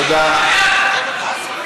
תודה.